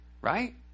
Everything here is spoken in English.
right